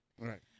Right